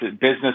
business